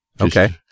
Okay